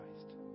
Christ